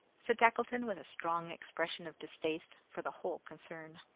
said tackleton with a strong expression of distaste for the whole concern.